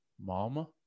mama